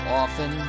often